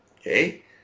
Okay